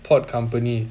port company